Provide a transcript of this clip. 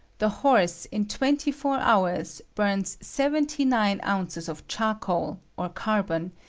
the horse in twenty-four hours bums seventy-nine ounces of charcoal, or carbon,